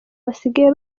basigaye